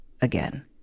again